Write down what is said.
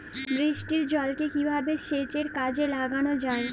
বৃষ্টির জলকে কিভাবে সেচের কাজে লাগানো য়ায়?